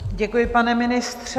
Děkuji, pane ministře.